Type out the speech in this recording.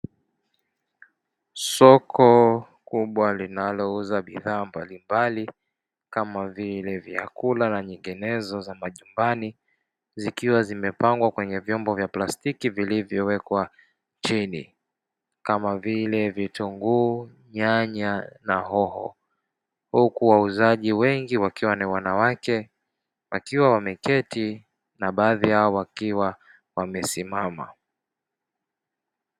Soko kubwa linalouza bidhaa mbalimbali kama vile vyakula na nyinginezo za majumbani zikiwa zimepangwa kwenye vyombo vya plastiki vilivyowekwa chini kama vile; vitunguu, nyanya na hoho, huku waauzaji wengi wakiwa ni wanawake wakiwa wameketi na baadhi yao wakiwa wamesimama.